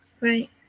Right